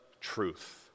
truth